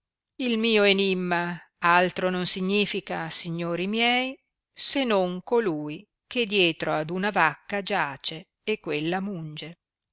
il mio enimma altro non significa signori miei se non colui che dietro ad una vacca giace e quella munge